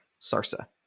Sarsa